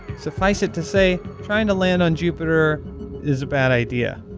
suffice it to say, trying to land on jupiter is a bad idea.